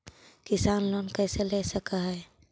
किसान लोन कैसे ले सक है?